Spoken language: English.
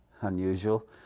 unusual